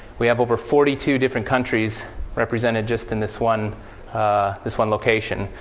we have over forty two different countries represented just in this one this one location.